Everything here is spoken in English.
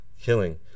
killing